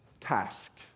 task